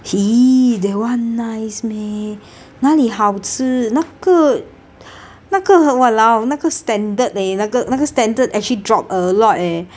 !ee! that one nice meh 哪里好吃那个那个很 !walao! 那个 standard leh 那个那个 standard actually drop a lot eh